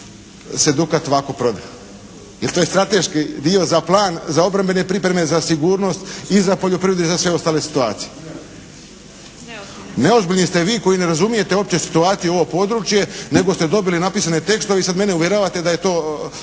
se "Dukat" ovako prodaje. Jer to je strateški dio za plan, za obrambene pripreme, za sigurnost i za poljoprivredu i za sve ostale situacije. Neozbiljni ste vi koji ne razumijte uopće situaciju i ovo područje, nego ste dobili napisane tekstove i sad mene uvjeravate da je to